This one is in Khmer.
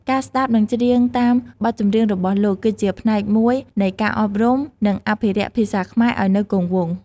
ការស្ដាប់និងច្រៀងតាមបទចម្រៀងរបស់លោក គឺជាផ្នែកមួយនៃការអប់រំ និងអភិរក្សភាសាខ្មែរឲ្យនៅគង់វង្ស ។